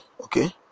okay